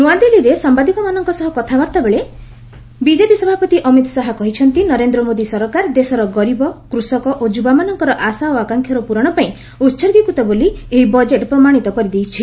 ନୂଆଦିଲ୍ଲୀରେ ସାମ୍ଭାଦିକମାନଙ୍କ ସହ ବାର୍ତ୍ତାଳାପ ବେଳେ ବିଜେପି ସଭାପତି ଅମିତ ଶାହା କହିଛନ୍ତି ନରେନ୍ଦ୍ର ମୋଦି ସରକାର ଦେଶର ଗରିବ କୃଷକ ଓ ଯୁବାମାନଙ୍କର ଆଶା ଓ ଆକାଂକ୍ଷାର ପୂରଣ ପାଇଁ ଉତ୍ତର୍ଗୀକୃତ ବୋଲି ଏହି ବଜେଟ୍ ପ୍ରମାଣିତ କରିଦେଉଛି